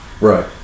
Right